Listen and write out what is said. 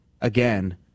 again